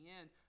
end